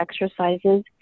exercises